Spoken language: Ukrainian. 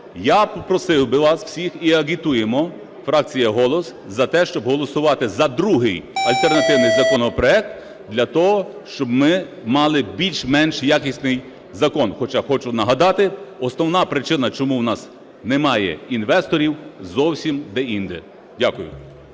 Я просив би вас всіх і агітуємо, фракція "Голос", за те, щоб голосувати за другий альтернативний законопроект для того, щоб ми мали більш-менш якісний закон. Хоча хочу нагадати основна причина, чому у нас немає інвесторів зовсім деінде. Дякую.